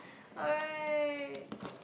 alright